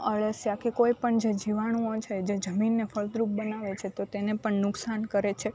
અળસિયા કે કોઈપણ જે જીવાણુંઓ છે જે જમીનને ફળદ્રુપ બનાવે છે તો તેને પણ નુકસાન કરે છે